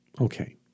Okay